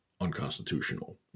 unconstitutional